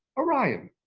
orion,